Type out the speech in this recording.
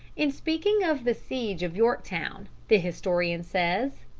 in speaking of the siege of yorktown, the historian says,